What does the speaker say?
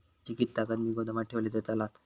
मिरची कीततागत मी गोदामात ठेवलंय तर चालात?